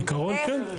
בעיקרון כן.